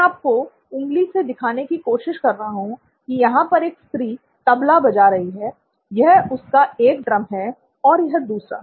मैं आपको उंगली से दिखाने की कोशिश करता हूं की यहां पर एक स्त्री तबला बजा रही है यह उसका एक ड्रम है और यह दूसरा